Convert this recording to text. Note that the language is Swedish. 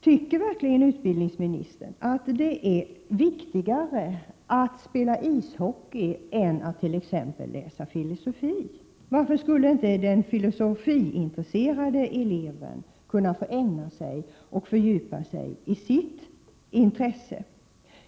Tycker verkligen utbildningsministern att det är viktigare att spela ishockey än att t.ex. läsa filosofi? Varför skulle inte den filosofiintresserade eleven kunna få ägna sig åt och fördjupa sig i sitt intresse?